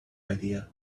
idea